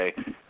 okay